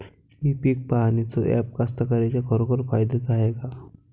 इ पीक पहानीचं ॲप कास्तकाराइच्या खरोखर फायद्याचं हाये का?